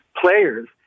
players